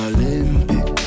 Olympic